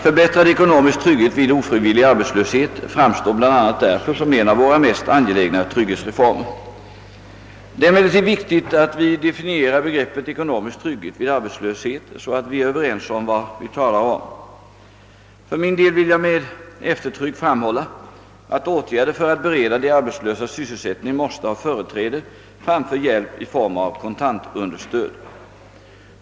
Förbättrad ekonomisk trygghet vid ofrivillig arbetslöshet framstår bl.a. därför som en av våra mest angelägna trygghetsreformer. Det är emellertid viktigt att vi definierar begreppet ekonomisk trygghet vid arbetslöshet, så att vi är överens om vad vi talar om. För min del vill jag med eftertryck framhålla, att åtgärder för att bereda de arbetslösa sysselsättning måste ha företräde framför hjälp i form av kontantunderstöd.